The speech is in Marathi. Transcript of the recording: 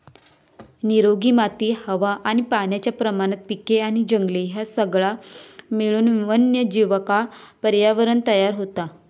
निरोगी माती हवा आणि पाण्याच्या प्रमाणात पिके आणि जंगले ह्या सगळा मिळून वन्यजीवांका पर्यावरणं तयार होता